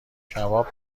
کباب